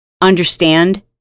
understand